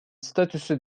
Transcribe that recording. statüsü